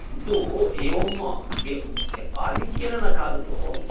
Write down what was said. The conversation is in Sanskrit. किन्तु एवम् एवम् ए आधिक्येन न खादतु